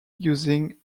using